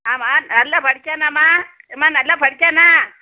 ஆமாம் நல்லா படித்தானாம்மா ஏம்மா நல்லா படித்தானா